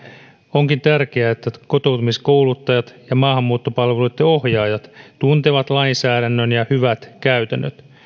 onkin tärkeää että kotoutumiskouluttajat ja maahanmuuttopalveluitten ohjaajat tuntevat lainsäädännön ja hyvät käytännöt